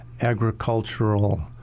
agricultural